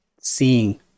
Seeing